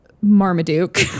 Marmaduke